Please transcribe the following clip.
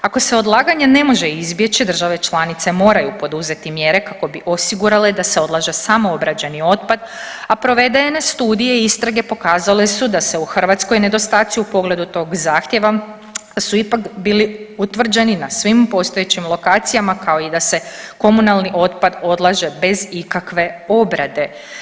Ako se odlaganje ne može izbjeći države članice moraju poduzeti mjere kako bi osigurale da se odlaže samo obrađeni otpad, a provedene studije istrage pokazale su da se u Hrvatskoj nedostaci u pogledu tog zahtijeva da su ipak bili utvrđeni na svim postojećim lokacijama, kao i da se komunalni otpad odlaže bez ikakve obrade.